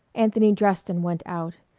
anthony dressed and went out,